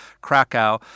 Krakow